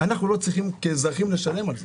אנחנו כאזרחים לא צריכים לשלם על זה.